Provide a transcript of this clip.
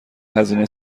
هزینه